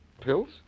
Pills